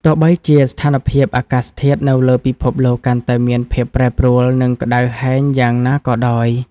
ទោះបីជាស្ថានភាពអាកាសធាតុនៅលើពិភពលោកកាន់តែមានភាពប្រែប្រួល និងក្តៅហែងយ៉ាងណាក៏ដោយ។